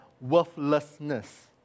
worthlessness